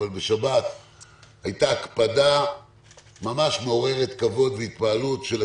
הייתה הקפדה ממש מעוררת כבוד והתפעלות של הציבור.